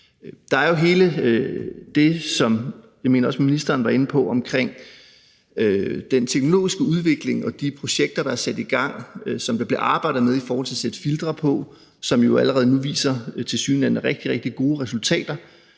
Der er jo alt det, som jeg også mener ministeren var inde på, omkring den teknologiske udvikling og de projekter, der er sat i gang, og som der bliver arbejdet med, i forhold til at sætte filtre på, som jo allerede nu viser tilsyneladende rigtig, rigtig gode resultater.